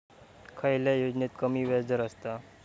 खयल्या योजनेत कमी व्याजदर असता?